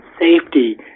safety